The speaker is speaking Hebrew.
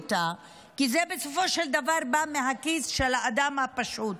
כי בסופו של דבר זה בא מהכיס של האדם הפשוט.